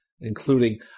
including